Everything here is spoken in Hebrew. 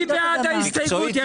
מי בעד קבלת ההסתייגות?